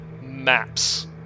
maps